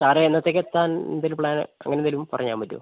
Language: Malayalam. സാറേ എന്നത്തേക്ക് എത്താൻ പിന്നെ പ്ലാൻ അങ്ങനെ എന്തെങ്കിലും പറയാൻ പറ്റുവോ